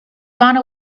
gone